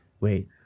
Wait